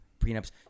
Prenups